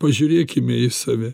pažiūrėkime į save